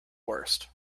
worst